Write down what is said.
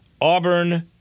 Auburn